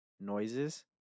noises